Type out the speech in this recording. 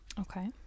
Okay